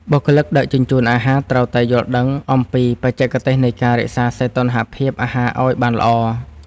បុគ្គលិកដឹកជញ្ជូនអាហារត្រូវតែយល់ដឹងអំពីបច្ចេកទេសនៃការរក្សាសីតុណ្ហភាពអាហារឱ្យបានល្អ។